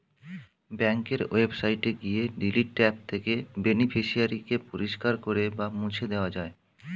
ব্যাঙ্কের ওয়েবসাইটে গিয়ে ডিলিট ট্যাব থেকে বেনিফিশিয়ারি কে পরিষ্কার করে বা মুছে দেওয়া যায়